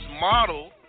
model